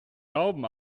glauben